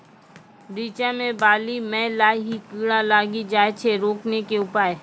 रिचा मे बाली मैं लाही कीड़ा लागी जाए छै रोकने के उपाय?